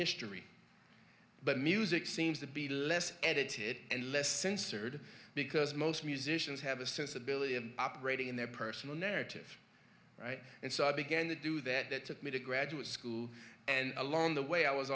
history but music seems to be less edited and less censored because most musicians have a sense ability and operating in their personal narrative right and so i began to do that that took me to graduate school and along the way i was